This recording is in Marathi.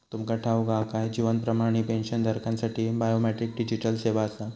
तुमका ठाऊक हा काय? जीवन प्रमाण ही पेन्शनधारकांसाठी बायोमेट्रिक डिजिटल सेवा आसा